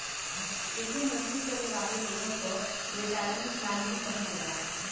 एके नौकरी करे वाले लोगन क रिटायरमेंट प्लान भी कहल जाला